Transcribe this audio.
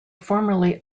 formerly